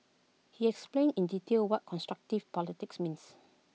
he explained in detail what constructive politics means